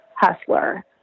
Hustler